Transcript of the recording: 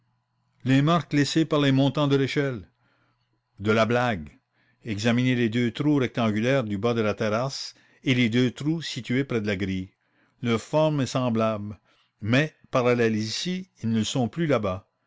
les traces laissées par les montants de l'échelle de la blague examinez les deux trous rectangulaires du bas de la terrasse et les deux trous situés près de la grille leur forme est semblable mais parallèles ici ils ne le sont plus là-bas